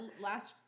last